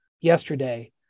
yesterday